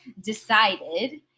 decided